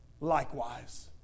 likewise